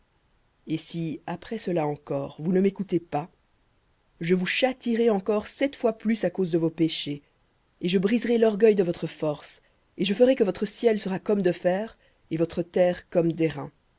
et si après cela encore vous ne m'écoutez pas je vous châtierai encore sept fois plus à cause de vos péchés et je briserai l'orgueil de votre force et je ferai que votre ciel sera comme de fer et votre terre comme